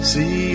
See